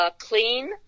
Clean